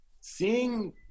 seeing